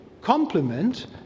complement